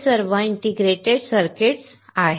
हे सर्व integrated circuits आहेत